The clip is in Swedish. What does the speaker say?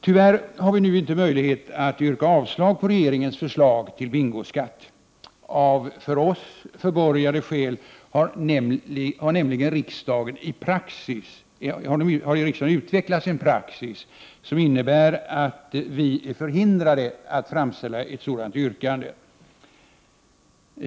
Vi har tyvärr nu inte möjlighet att yrka avslag på regeringens förslag till bingoskatt. Av för oss förborgade skäl har nämligen utvecklats en praxis i riksdagen som innebär att vi är förhindrade att framställa ett sådant yrkande.